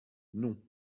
non